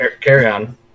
carry-on